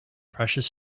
precious